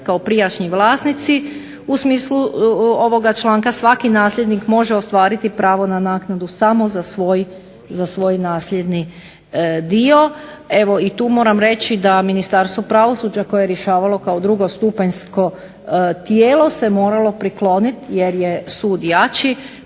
kao prijašnji vlasnici u smislu ovoga članka svaki nasljednik može ostvariti pravo na naknadu samo za svoj nasljedni dio i tu moram reći da Ministarstvo pravosuđa koje je rješavalo kao drugostupanjsko tijelo se moralo prikloniti jer je sud jači